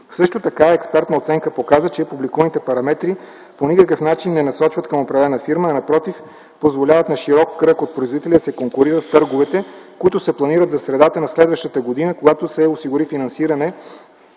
им. Експертна оценка показа, че публикуваните параметри по никакъв начин не насочват към определена фирма, а напротив – позволяват на широк кръг от производители да се конкурират в търговете, които се планират за средата на следващата година, когато се осигури финансиране